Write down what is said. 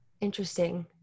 Interesting